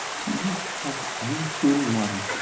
do you have any food and water?